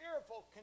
fearful